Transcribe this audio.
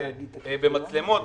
במצלמות,